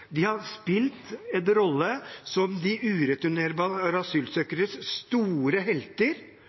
De har spilt en rolle som de ureturnerbare asylsøkernes store helter.